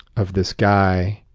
of this guy